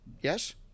Yes